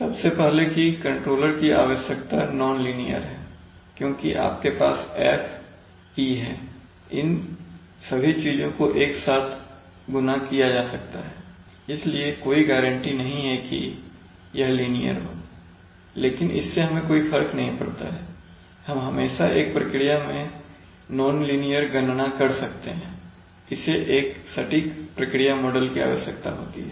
सबसे पहले कि कंट्रोलर की आवश्यकता नॉन लीनियर है क्योंकि आपके पास F T है इन सभी चीजों को एक साथ गुणा किया जा सकता है इसलिए कोई गारंटी नहीं है कि यह लीनियर हो लेकिन इससे हमें कोई फर्क नहीं पड़ता है हम हमेशा एक प्रक्रिया में नॉन लीनियर गणना कर सकते हैं इसे एक सटीक प्रक्रिया मॉडल की आवश्यकता होती है